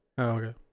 Okay